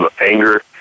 anger